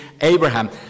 Abraham